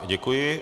Děkuji.